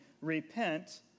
Repent